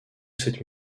cette